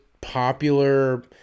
popular